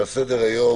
על סדר-היום